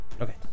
Okay